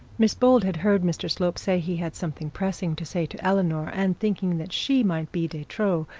miss bold had heard mr slope say he had something pressing to say to eleanor, and thinking that she might be de trop,